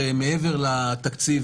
שהם מעבר לתקציב,